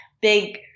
big